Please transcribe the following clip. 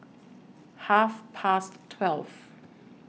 Half Past twelve